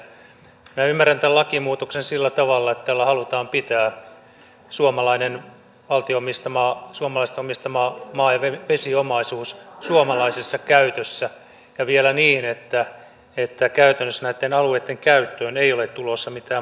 minä ymmärrän tämän lakimuutoksen sillä tavalla että tällä halutaan pitää suomalainen valtion omistama suomalaisten omistama maa ja vesiomaisuus suomalaisessa käytössä ja vielä niin että käytännössä näitten alueitten käyttöön ei ole tulossa mitään muutoksia